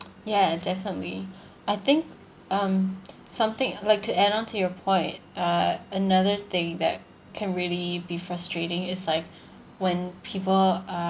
ya definitely I think um something like to add on to your point uh another thing that can really be frustrating it's like when people uh